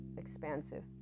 expansive